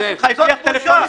זאת בושה.